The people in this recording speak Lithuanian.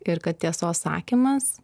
ir kad tiesos sakymas